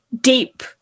deep